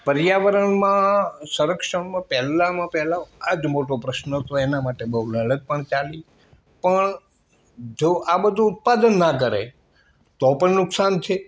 પર્યાવરણમાં સંરક્ષણમાં પહેલામાં પહેલા આ જ મોટો પ્રશ્ન તો એના માટે બહુ લડત પણ ચાલી પણ જો આ બધુ ઉત્પાદન ન કરે તો પણ નુકસાન છે